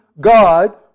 God